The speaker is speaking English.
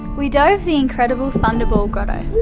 we dover the incredible thunderball grotto